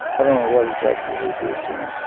i don't know what exactly they did to him.